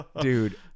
Dude